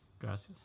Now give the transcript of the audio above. Gracias